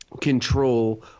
control